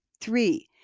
Three